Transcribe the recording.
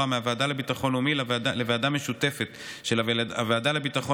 מהוועדה לביטחון לאומי לוועדה משותפת של הוועדה לביטחון